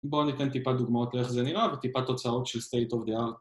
בואו ניתן טיפה דוגמאות לאיך זה נראה וטיפה תוצאות של State of the Art